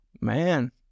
Man